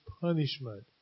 punishment